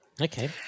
Okay